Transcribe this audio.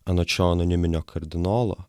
anot šio anoniminio kardinolo